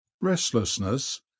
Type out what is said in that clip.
restlessness